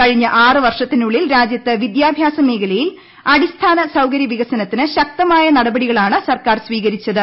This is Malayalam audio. കഴിഞ്ഞ ആറു വർഷത്തിനുള്ളിൽ രാജ്യത്ത് വിദ്യാഭ്യാസ മേഖല യിൽ അടിസ്ഥാന സ്ട്രകര്യ് വികസനത്തിന് ശക്തമായ നടപടിക ളാണ് സർക്കാർ സ്വീകരിച്ചത്